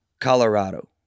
Colorado